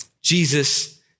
Jesus